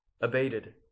abated